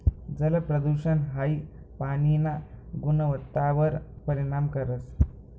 जलप्रदूषण हाई पाणीना गुणवत्तावर परिणाम करस